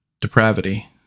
depravity